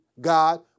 God